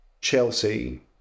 Chelsea